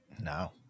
No